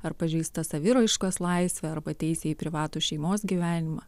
ar pažeista saviraiškos laisvė arba teisė į privatų šeimos gyvenimą